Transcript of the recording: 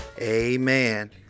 Amen